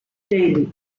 daily